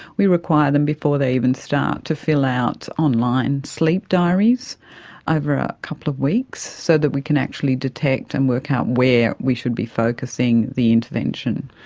we require them, before they even start, to fill out online sleep diaries over a couple of weeks so that we can actually detect and work out where we should be focusing the intervention.